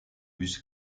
bus